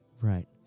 Right